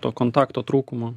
to kontakto trūkumo